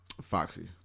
Foxy